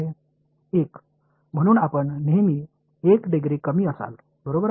எனவே எப்போதும் நீங்கள் 1 டிகிரி விலகி இருங்கள்